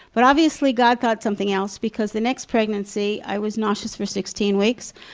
but obviously god thought something else because the next pregnancy i was nauseous for sixteen weeks,